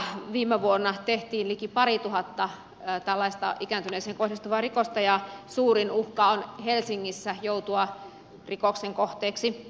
uudellamaalla viime vuonna tehtiin liki parituhatta tällaista ikääntyneeseen kohdistuvaa rikosta ja suurin uhka on helsingissä joutua rikoksen kohteeksi